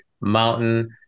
mountain